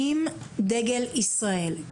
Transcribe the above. עם דגל ישראל?